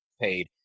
paid